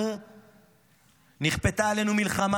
נכפתה עלינו מלחמה,